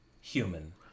human